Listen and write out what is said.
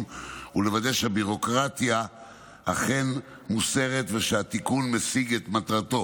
ולוודא שהביורוקרטיה אכן מוסרת ושהתיקון משיג את מטרתו.